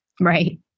Right